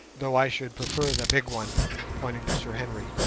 though i should prefer the big one pointing to sir henry